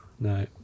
No